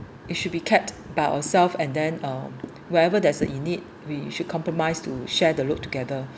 it should be kept by ourselves and then uh wherever there's a in need we should compromise to share the load together